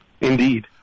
Indeed